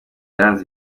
yaranze